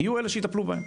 יהיו אלה שיטפלו בהם.